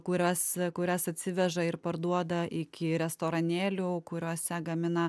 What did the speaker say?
kurios kurias atsiveža ir parduoda iki restoranėlių kuriuose gamina